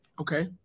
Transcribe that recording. Okay